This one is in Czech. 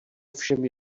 ovšem